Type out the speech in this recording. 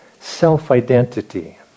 self-identity